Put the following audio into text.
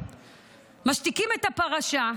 היושב-ראש.